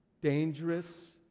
dangerous